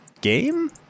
game